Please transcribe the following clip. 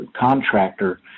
contractor